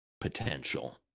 potential